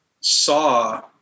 saw